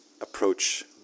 approach